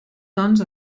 doncs